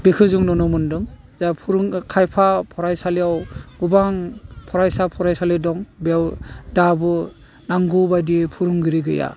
बेखो जों नुनो मोन्दों जा फोरों खायफा फरायसालियाव गोबां फरायसा फरायसालि दं बेयाव दाबो नांगौ बायदियै फोरोंगिरि गैया